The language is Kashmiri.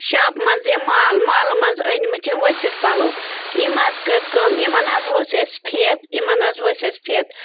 شاپ منٛز یِم مال مالہٕ منٛز أنۍمٕتۍ یِم ؤسِت پَلو أمۍ حظ کٔر کٲم یِمَن حظ ؤژھ اَسہِ پھٮ۪ت یِمَن حظ ؤژھۍ اَسہِ پھٮ۪ت